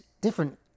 different